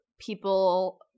people